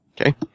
Okay